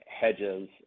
hedges